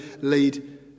lead